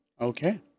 okay